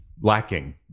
lacking